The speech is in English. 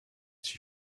she